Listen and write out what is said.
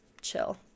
chill